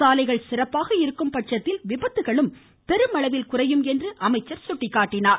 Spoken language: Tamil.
சாலைகள் சிறப்பாக இருக்கும்பட்சத்தில் விபத்துகளும் பெருமளவில் குறையும் என்று அமைச்சர் சுட்டிக்காட்டினார்